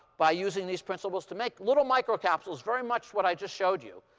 by using these principles, to make little microcapsules, very much what i just showed you.